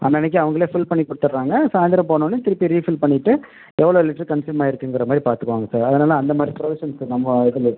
அன்னன்றைக்கு அவங்களே ஃபில் பண்ணி கொடுத்துட்றாங்க சாயந்தரம் போனோடன்னே திருப்பி ரீஃபில் பண்ணிவிட்டு எவ்வளோ லிட்ரு கன்ஸுயூம் ஆகிருக்குங்கிற மாதிரி பார்த்துக்குவாங்க சார் அதனாலே அந்த மாதிரி ப்ரொவிஷன்ஸுக்கு நம்ம இதில்